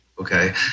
Okay